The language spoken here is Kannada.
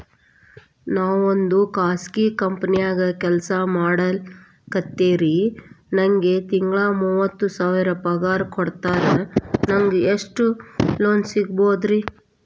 ನಾವೊಂದು ಖಾಸಗಿ ಕಂಪನಿದಾಗ ಕೆಲ್ಸ ಮಾಡ್ಲಿಕತ್ತಿನ್ರಿ, ನನಗೆ ತಿಂಗಳ ಮೂವತ್ತು ಸಾವಿರ ಪಗಾರ್ ಕೊಡ್ತಾರ, ನಂಗ್ ಎಷ್ಟು ಲೋನ್ ಸಿಗಬೋದ ರಿ?